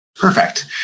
perfect